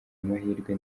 amahirwe